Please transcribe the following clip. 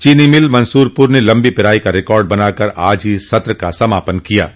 चीनी मिल मंसूरपुर ने लंबी पेराई का रिकार्ड बनाकर आज ही सत्र का समापन किया है